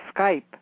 Skype